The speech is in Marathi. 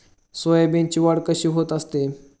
सोयाबीनची वाढ कशी होत असते?